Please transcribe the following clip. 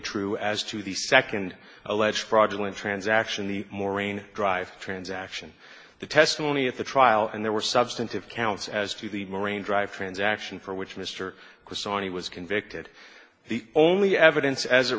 true as to the second alleged fraudulent transaction the maureen dr transaction the testimony at the trial and there were substantive counts as to the marine drive transaction for which mr kosofsky was convicted the only evidence as it